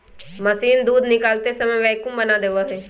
machine दूध निकालते समय वैक्यूम बना देवा हई